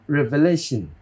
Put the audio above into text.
Revelation